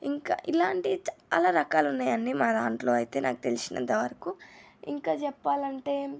ఇంకా ఇలాంటియి చాలా రకాలు ఉన్నాయండి మా దాంట్లో అయితే నాకు తెలిసినంతవరకు ఇంకా చెప్పాలంటే